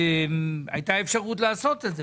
הייתה אפשרות לעשות את זה,